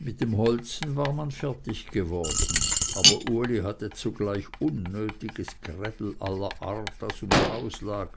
und mit dem holzen war man fertig geworden aber uli hatte zugleich unnötiges gräbel aller art das ums haus lag